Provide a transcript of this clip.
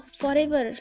forever